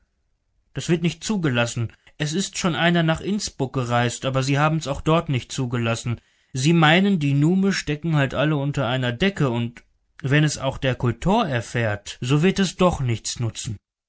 das wird nicht zugelassen es ist schon einer nach innsbruck gereist aber sie haben's auch dort nicht zugelassen sie meinen die nume stecken halt alle unter einer decke und wenn es auch der kultor erfährt so wird es doch nichts nutzen